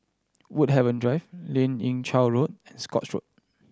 Woodhaven Drive Lien Ying Chow Road Scotts Road